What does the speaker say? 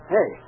Hey